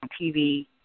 TV